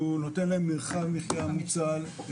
שהוא נותן להם מרחב מחייה מוצל.